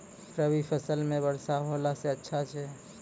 रवी फसल म वर्षा होला से अच्छा छै?